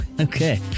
Okay